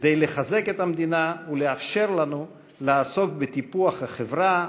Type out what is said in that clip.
כדי לחזק את המדינה ולאפשר לנו לעסוק בטיפוח החברה,